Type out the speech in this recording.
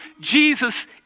Jesus